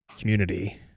community